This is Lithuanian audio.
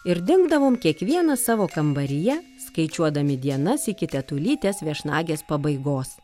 ir dingdavom kiekvienas savo kambaryje skaičiuodami dienas iki tetulytės viešnagės pabaigos